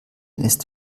ist